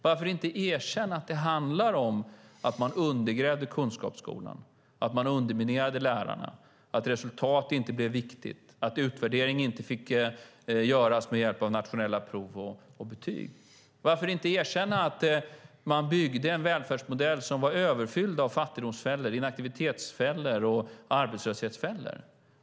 Varför inte erkänna att det handlar om att man undergrävde kunskapsskolan, att man underminerade lärarna, att resultat inte blev viktigt, att utvärdering inte fick göras med hjälp av nationella prov och betyg? Varför inte erkänna att man byggde en välfärdsmodell som var överfylld av fattigdomsfällor, inaktivitetsfällor och arbetslöshetsfällor?